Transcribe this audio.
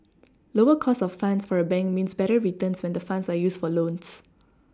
lower cost of funds for a bank means better returns when the funds are used for loans